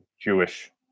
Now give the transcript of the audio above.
Jewish